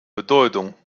bedeutung